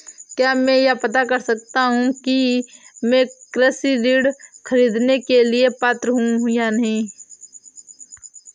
क्या मैं यह पता कर सकता हूँ कि मैं कृषि ऋण ख़रीदने का पात्र हूँ या नहीं?